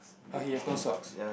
!huh! he has no socks